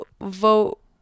vote